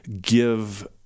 give